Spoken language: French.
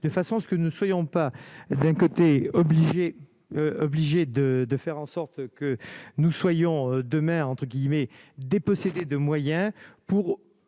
de façon à ce que nous soyons pas d'un côté, obligés, obligés de de faire en sorte que nous soyons de mer entre guillemets, dépossédé de moyens pour